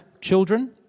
children